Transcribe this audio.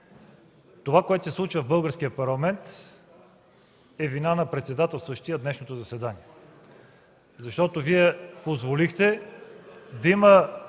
Това, което се случва в Българския парламент е по вина на председателстващия днешното заседание, защото Вие позволихте да има